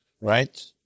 right